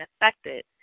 affected